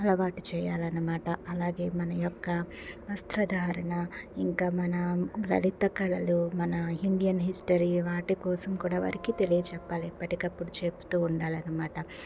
అలవాటు చేయాలనమాట అలాగే మన యొక్క వస్త్రధారణ ఇంకా మన లలిత కళలు మన ఇండియన్ హిస్టరీ వాటి కోసం కూడా వారికి తెలియ చెప్పాలి ఎప్పటికప్పుడు చెపుతూ ఉండాలనమాట